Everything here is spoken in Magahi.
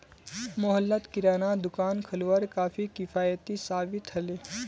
मोहल्लात किरानार दुकान खोलवार काफी किफ़ायती साबित ह ले